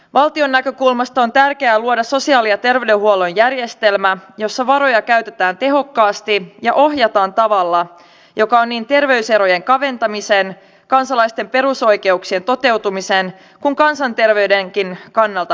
valtion näkökulmasta on tärkeää luoda sosiaali ja terveydenhuollon järjestelmä jossa varoja käytetään tehokkaasti ja ohjataan tavalla joka on niin terveyserojen kaventamisen kansalaisten perusoikeuksien toteutumisen kuin kansanterveydenkin kannalta perusteltu